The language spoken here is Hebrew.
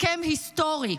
הסכם היסטורי.